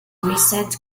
recent